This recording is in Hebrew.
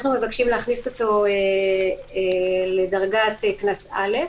אנחנו מבקשים להכניס אותו לדרגת קנס א'.